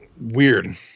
Weird